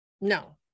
No